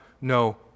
no